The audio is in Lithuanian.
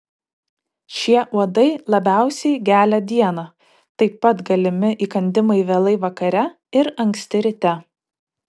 šie uodai labiausiai gelia dieną taip pat galimi įkandimai vėlai vakare ir anksti ryte